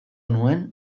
nuen